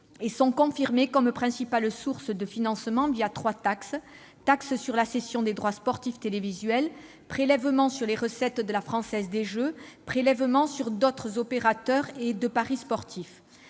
et sont confirmées comme principale source de financement trois taxes : taxe sur la cession des droits sportifs télévisuels ; prélèvements sur les recettes de la Française des jeux ; prélèvements sur d'autres opérateurs de paris sportifs.